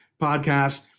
podcast